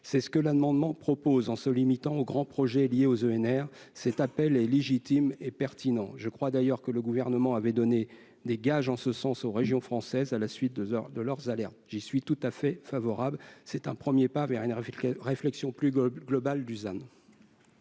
C'est ce que l'amendement propose, en se limitant aux grands projets liés aux EnR. Cet appel est légitime et pertinent. Je crois d'ailleurs que le Gouvernement avait donné des gages en ce sens aux régions françaises, à la suite de leurs alertes. J'y suis tout à fait favorable. C'est un premier pas vers une réflexion plus globale sur le ZAN.